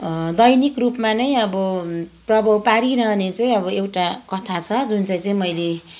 दैनिक रूपमा नै अब प्रभाव पारिरहने चाहिँ अब एउटा कथा छ जुन चाहिँ चाहिँ मैले